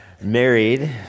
Married